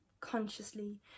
Consciously